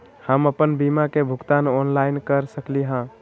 हम अपन बीमा के भुगतान ऑनलाइन कर सकली ह?